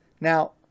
Now